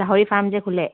গাহৰি ফাৰ্ম যে খুলে